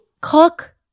cook